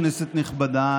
כנסת נכבדה,